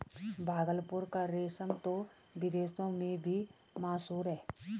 भागलपुर का रेशम तो विदेशों में भी मशहूर है